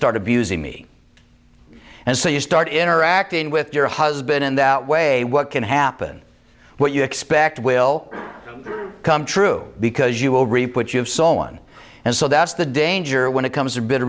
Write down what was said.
start abusing me and so you start interacting with your husband in that way what can happen what you expect will come true because you will reap what you've sown and so that's the danger when it comes to bitter